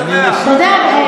הפריעו לה, אני מוסיף לה עוד דקה.